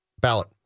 ballot